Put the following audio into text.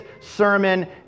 sermon